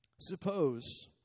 Suppose